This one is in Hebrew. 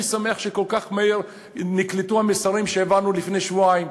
אני שמח שכל כך מהר נקלטו המסרים שהעברנו לפני שבועיים.